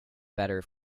better